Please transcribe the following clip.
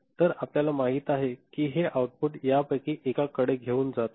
तर आपल्याला माहित आहे की हे आउटपुट यापैकी एकाकडे घेऊन जात आहे